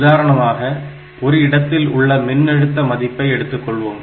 உதாரணமாக ஒரு இடத்தில் உள்ள மின்னழுத்த மதிப்பை எடுத்துக்கொள்வோம்